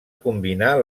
combinar